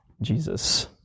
Jesus